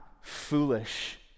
foolish